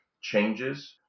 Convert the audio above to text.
changes